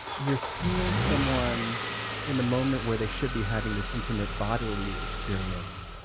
you're seeing someone in the moment where they should be having this intimate bodily experience,